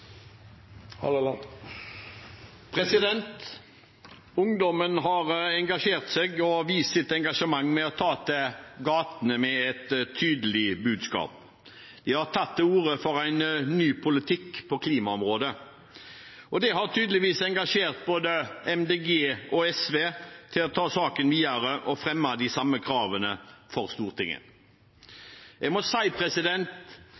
Ungdommen har engasjert seg og vist sitt engasjement ved å ta til gatene med et tydelig budskap. De har tatt til orde for en ny politikk på klimaområdet. Det har tydeligvis engasjert både Miljøpartiet De Grønne og SV til å ta saken videre og fremme de samme kravene for Stortinget.